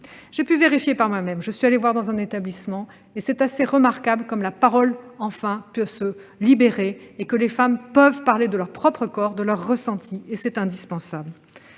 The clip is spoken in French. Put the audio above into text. J'ai pu le vérifier par moi-même en me rendant dans un établissement : c'est assez remarquable comme la parole peut enfin se libérer, comme les femmes peuvent parler de leur propre corps, de leurs ressentis. C'est indispensable.